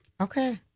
Okay